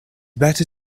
better